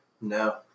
No